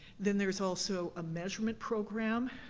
then there's also a measurement program.